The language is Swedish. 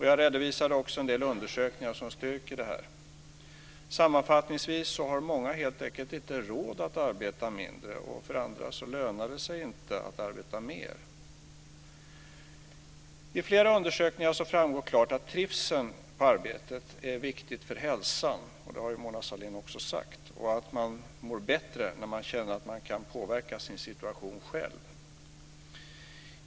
Jag redovisade också en del undersökningar som styrker detta. Sammanfattningsvis har många helt enkelt inte råd att arbeta mindre, och för andra lönar det sig inte att arbeta mer. I flera undersökningar framgår klart att trivseln på arbetet är viktig för hälsan, vilket Mona Sahlin också har sagt, och att man mår bättre när man känner att man kan påverka sin situation själv.